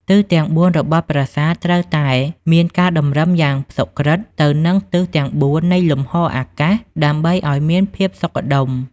ទិសទាំងបួនរបស់ប្រាសាទត្រូវតែមានការតម្រឹមយ៉ាងសុក្រិតទៅនឹងទិសទាំងបួននៃលំហអាកាសដើម្បីឲ្យមានភាពសុខដុម។